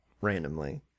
randomly